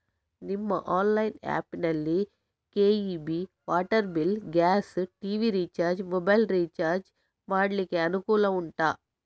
ನಿಮ್ಮ online app ನಲ್ಲಿ KEB, water bill, gas, TV recharge, mobile recharge ಮಾಡ್ಲಿಕ್ಕೆ ಅನುಕೂಲ ಉಂಟಾ